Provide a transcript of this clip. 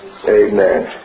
Amen